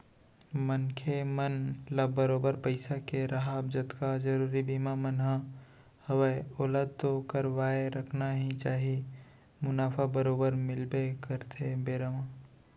मनखे मन ल बरोबर पइसा के राहब जतका जरुरी बीमा मन ह हवय ओला तो करवाके रखना ही चाही मुनाफा बरोबर मिलबे करथे बेरा म